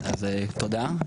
תודה.